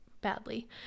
badly